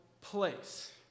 place